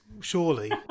surely